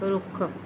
ਰੁੱਖ